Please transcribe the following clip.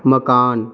मकान